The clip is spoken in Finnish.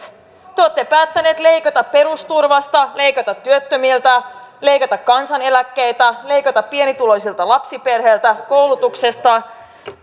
te olette päättäneet leikata perusturvasta leikata työttömiltä leikata kansaneläkkeitä leikata pienituloisilta lapsiperheiltä koulutuksesta